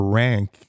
rank